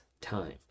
time